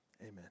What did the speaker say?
amen